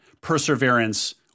perseverance